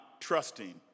trusting